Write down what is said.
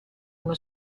uno